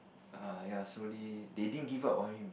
err ya slowly they didn't give up on him